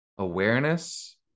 Awareness